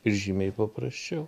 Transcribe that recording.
ir žymiai paprasčiau